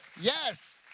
Yes